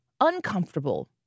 uncomfortable